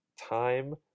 time